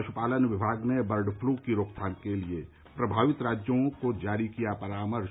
पशुपालन विभाग ने बर्ड पलू की रोकथाम के लिए प्रभावित राज्यों को जारी किया परामर्श